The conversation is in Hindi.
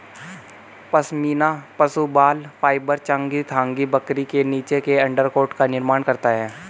पश्मीना पशु बाल फाइबर चांगथांगी बकरी के नीचे के अंडरकोट का निर्माण करता है